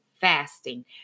fasting